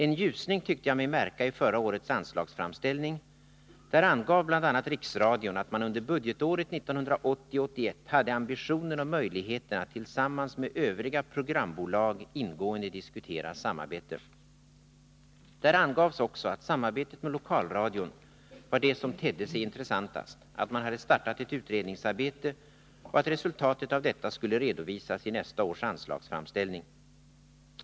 En ljusning tyckte jag mig märka i förra årets anslagsframställning. Där angav bl.a. riksradion att man under budgetåret 1980/81 hade ambitionen och möjligheten att tillsammans med övriga programbolag ingående diskutera samarbete. Där angavs också att samarbetet med lokalradion var det som tedde sig intressantast, att man hade startat ett utredningsarbete och att resultatet av detta skulle redovisas i nästa års anslagsframställning.